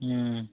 ꯎꯝ